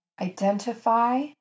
identify